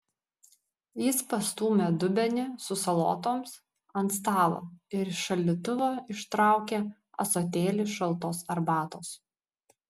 jis pastūmė dubenį su salotoms ant stalo ir iš šaldytuvo ištraukė ąsotėlį šaltos arbatos